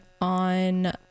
on